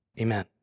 Amen